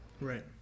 Right